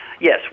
yes